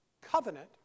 covenant